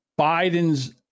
Biden's